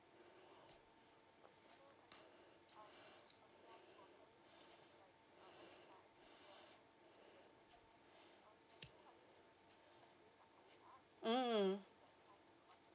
mm